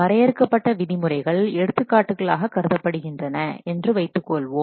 வரையறுக்கப்பட்ட விதிமுறைகள் எடுத்துக்காட்டுகளாக கருதப்படுகின்றன என்று வைத்துக்கொள்வோம்